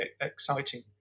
exciting